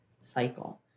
cycle